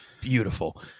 beautiful